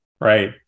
Right